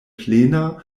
plena